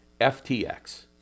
FTX